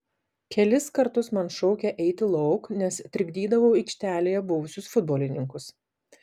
kelis kartus man šaukė eiti lauk nes trikdydavau aikštelėje buvusius futbolininkus